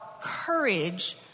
courage